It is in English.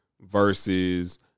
versus